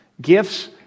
gifts